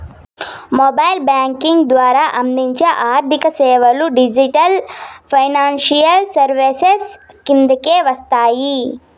mobile banking ద్వారా అందించే ఆర్థిక సేవలు డిజిటల్ ఫైనాన్షియల్ సర్వీసెస్ కిందకే వస్తాయి